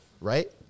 right